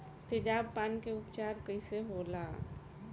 तेजाब पान के उपचार कईसे होला?